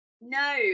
No